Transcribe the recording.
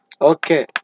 Okay